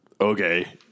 Okay